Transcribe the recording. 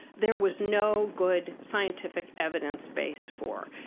there was no good scientific evidence base for.